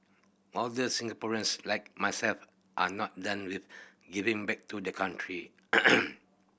older Singaporeans like myself are not done with giving back to the country